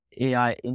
AI